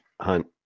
hunt